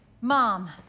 mom